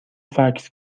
فکس